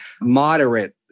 moderate